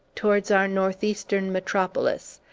towards our northeastern metropolis,